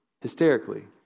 hysterically